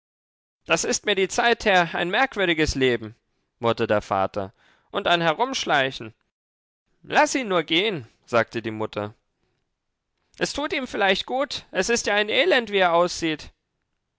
das ist mir die zeit her ein merkwürdiges leben murrte der vater und ein herumschleichen laß ihn nur gehen sagte aber die mutter es tut ihm vielleicht gut es ist ja ein elend wie er aussieht